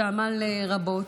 שעמל רבות.